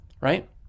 right